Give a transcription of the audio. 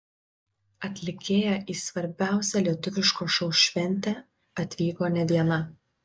atlikėja į svarbiausią lietuviško šou šventę atvyko ne viena